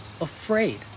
afraid